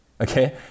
Okay